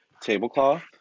tablecloth